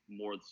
more